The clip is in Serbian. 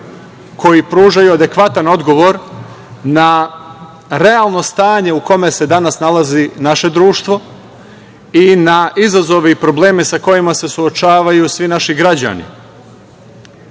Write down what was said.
koji pružaju adekvatan odgovor na realno stanje u kome se danas nalazi naše društvo i na izazove i probleme sa kojima se suočavaju svi naši građani,